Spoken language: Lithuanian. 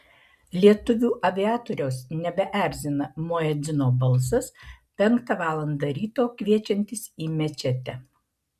lietuvių aviatoriaus nebeerzina muedzino balsas penktą valandą ryto kviečiantis į mečetę